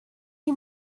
you